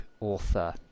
author